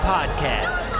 Podcast